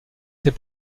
ses